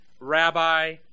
Rabbi